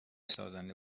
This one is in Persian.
سازنده